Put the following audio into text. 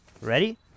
Ready